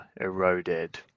eroded